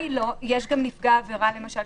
יש גם נפגע עבירה, למשל,